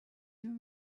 you